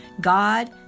God